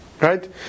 Right